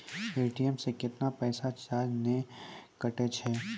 ATM से कैतना बार चार्ज नैय कटै छै?